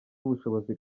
ubushobozi